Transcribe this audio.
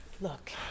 Look